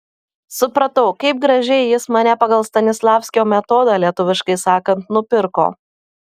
supratau kaip gražiai jis mane pagal stanislavskio metodą lietuviškai sakant nupirko